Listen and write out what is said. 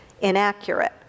inaccurate